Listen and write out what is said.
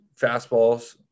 fastballs